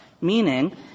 Meaning